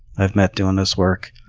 i've met doing this work.